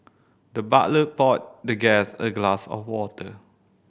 the butler poured the guest a glass of water